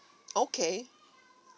okay